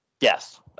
Yes